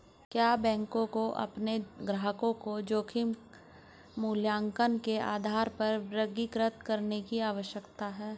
क्या बैंकों को अपने ग्राहकों को जोखिम मूल्यांकन के आधार पर वर्गीकृत करने की आवश्यकता है?